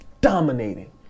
dominating